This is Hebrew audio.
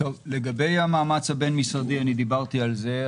לגבי המאמץ הבין-משרדי דיברתי על זה,